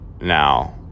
now